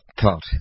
thought